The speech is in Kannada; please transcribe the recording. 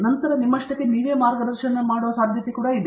ನಂತರ ನಿಮ್ಮಷ್ಟಕ್ಕೇ ನೀವೇ ಮಾರ್ಗದರ್ಶನ ಮಾಡುವ ಸಾಧ್ಯತೆ ಇದೆ